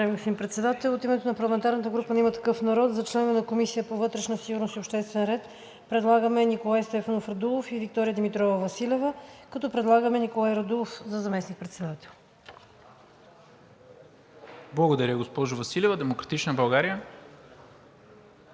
Благодаря, госпожо Василева. „Демократична България“.